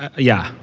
yeah.